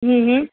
હમ હમ